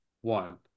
one